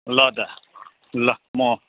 ल त ल म